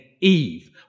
Eve